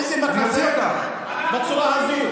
איזה מחזה, בצורה הזו?